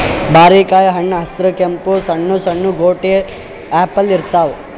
ಬಾರಿಕಾಯಿ ಹಣ್ಣ್ ಹಸ್ರ್ ಕೆಂಪ್ ಸಣ್ಣು ಸಣ್ಣು ಗೋಟಿ ಅಪ್ಲೆ ಇರ್ತವ್